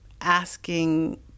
asking